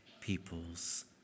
people's